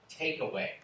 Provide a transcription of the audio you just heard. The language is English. takeaway